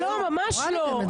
איזה דיון?